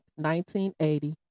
1980